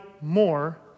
more